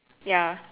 ya